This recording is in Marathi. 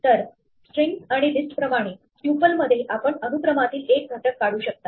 तर स्ट्रिंग्स आणि लिस्ट प्रमाणे ट्युपलमध्ये आपण अनुक्रमातील एक घटक काढू शकता